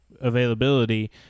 availability